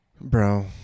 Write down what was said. Bro